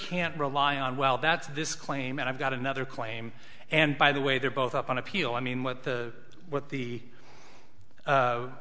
can't rely on well that's this claim and i've got another claim and by the way they're both up on appeal i mean what the what the